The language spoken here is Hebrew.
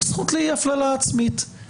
זכות לאי הפללה עצמית.